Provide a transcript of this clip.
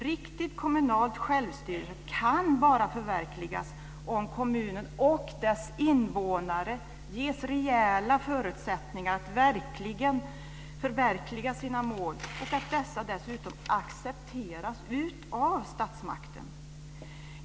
Riktigt kommunalt självstyre kan bara förverkligas om kommunen och dess invånare ges rejäla förutsättningar att förverkliga sina mål och att detta dessutom accepteras av statsmakten.